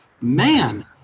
man